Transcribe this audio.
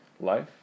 life